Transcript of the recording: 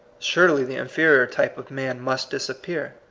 surely the inferior type of man must disappear.